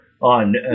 on